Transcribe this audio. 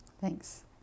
Thanks